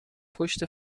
پشت